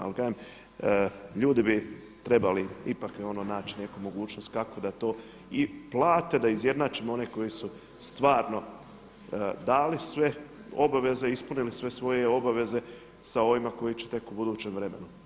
Ali kažem, ljudi bi trebali ipak naći neku mogućnost kako da to i plate, da izjednačimo one koji su stvarno dali sve obaveze, ispunili sve svoje obaveze sa ovima koji će tek u budućem vremenu.